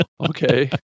okay